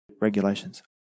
regulations